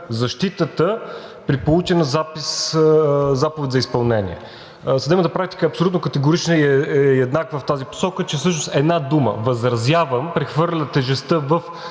защитата при получена заповед за изпълнение. Съдебната практика е абсолютно категорична и е еднаква в тази посока, че всъщност една дума „възразявам“ прехвърля тежестта в